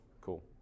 cool